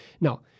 Now